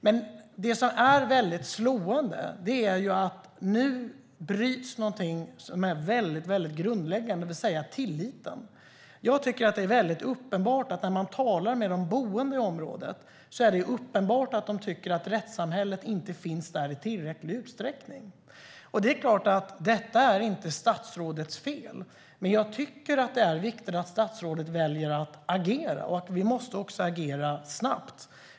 Men det som är slående är att nu bryts någonting som är väldigt grundläggande, nämligen tilliten. När jag talar med de boende i området blir det uppenbart att de tycker att rättssamhället inte finns där i tillräcklig utsträckning. Det är inte statsrådets fel, men jag tycker att det är viktigt att statsrådet väljer att agera och agera snabbt.